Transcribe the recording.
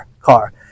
car